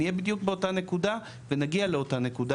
נהיה בדיוק באותה נקודה ונגיע לאותה נקודה